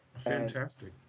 Fantastic